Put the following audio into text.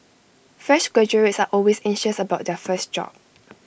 fresh graduates are always anxious about their first job